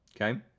Okay